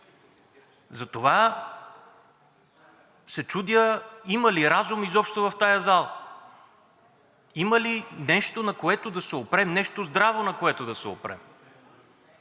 Затова се чудя има ли разум изобщо в тази зала?! Има ли нещо, на което да се опрем, нещо здраво, на което да се опрем?